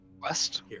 west